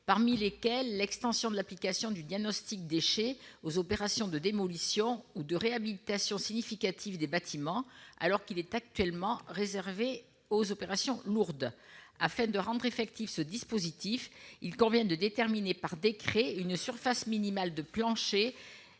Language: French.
parmi lesquelles l'extension de l'application du diagnostic « déchets » aux opérations de démolition ou de réhabilitation significatives des bâtiments, alors qu'il est actuellement réservé aux opérations lourdes. Afin de rendre effectif ce dispositif, il convient de déterminer par décret une surface minimale de plancher